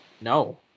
no